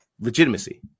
legitimacy